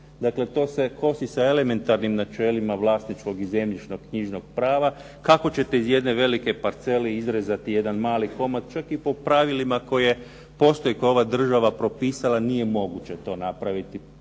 Dakle, to se kosi sa elementarnim načelima vlasničkog i zemljišnog, knjižnog prava. Kako ćete iz jedne velike parcele izrezati jedan mali komad, čak i po pravilima koje postoje, koje je ova država propisala. Nije moguće to napraviti